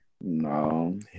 No